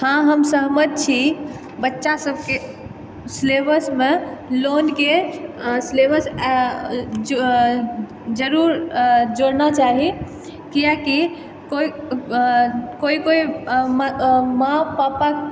हॅं हम सहमत छी बच्चा सबके सिलेबसमे लोनके सिलेबसमे जरूर जोड़ना चाही कियाकि कोइ कोइ माँ पापा